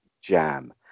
jam